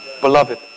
Beloved